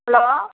hello